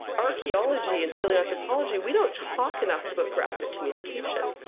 archeology and paleoanthropology we don't talk enough about graphic communication.